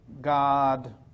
God